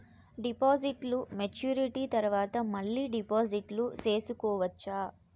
డిపాజిట్లు మెచ్యూరిటీ తర్వాత మళ్ళీ డిపాజిట్లు సేసుకోవచ్చా?